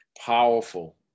powerful